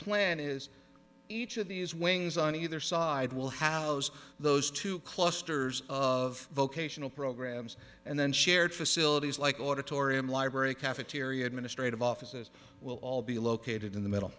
plan is each of these wings on either side will have those two clusters of vocational programs and then shared facilities like auditorium library cafeteria administrative offices will all be located in the middle